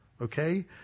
Okay